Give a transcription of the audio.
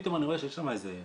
פתאום אני רואה שיש שם 30,000,